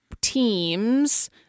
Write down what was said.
teams